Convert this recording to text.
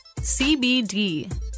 cbd